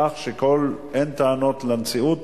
כך שאין טענות לנשיאות